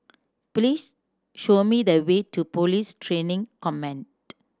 please show me the way to Police Training Command